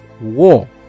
war